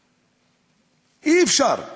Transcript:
אי-אפשר.